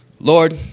Lord